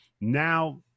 Now